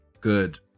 Good